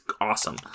awesome